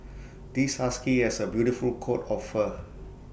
this husky has A beautiful coat of fur